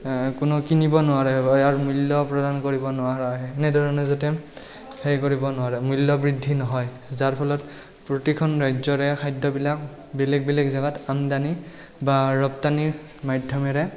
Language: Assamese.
কোনো কিনিব নোৱাৰে ইয়াৰ মূল্য প্ৰদান কৰিব নোৱাৰা হয় এনেধৰণে যাতে সেই কৰিব নোৱাৰে মূল্য বৃদ্ধি নহয় যাৰ ফলত প্ৰতিখন ৰাজ্যৰে খাদ্যবিলাক বেলেগ বেলেগ জেগাত আমদানী বা ৰপ্তানীৰ মাধ্যমেৰে